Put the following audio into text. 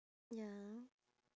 ya